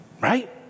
Right